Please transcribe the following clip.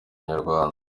inyarwanda